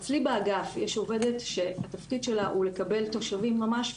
אצלי באגף יש עובדת שהתפקיד שלה הוא לקבל תושבים ממש פיזית,